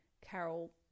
Carol